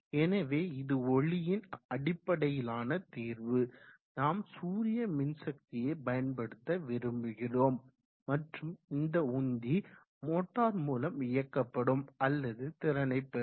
எனவே இது ஒளியின் அடிப்படையிலான தீர்வு நாம் சூரிய மின்சக்தியை பயன்படுத்த விரும்புகிறோம் மற்றும் இந்த உந்தி மோட்டார் மூலம் இயக்கப்படும் அல்லது திறனை பெறும்